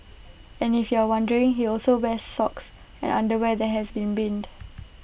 and if you're wondering he also wears socks and underwear that has been binned